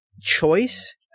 choice